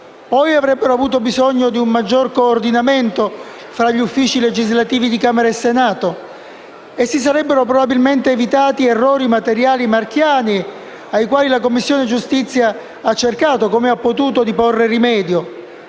Poi avrebbero avuto bisogno di un maggiore coordinamento tra gli Uffici legislativi di Camera e Senato e si sarebbero probabilmente evitati errori materiali marchiani, cui la Commissione giustizia ha cercato come ha potuto di porre rimedio,